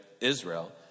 Israel